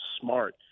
smart